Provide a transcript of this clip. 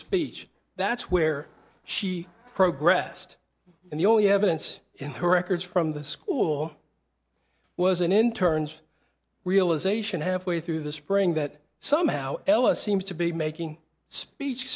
speech that's where she progress to and the only evidence in her records from the school was an in turns realisation halfway through the spring that somehow ella seems to be making speech